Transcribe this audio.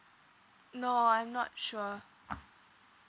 no I'm not sure